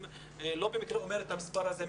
לא במקרה אני אומר את המספר הזה,